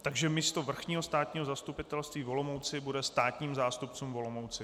Takže místo Vrchního státního zastupitelství v Olomouci bude státním zástupcům v Olomouci.